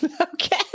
Okay